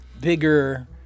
bigger